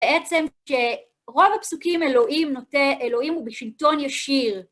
בעצם שרוב הפסוקים אלוהים נוטה, אלוהים הוא בשלטון ישיר.